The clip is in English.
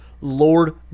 Lord